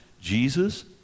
Jesus